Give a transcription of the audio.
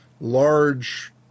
large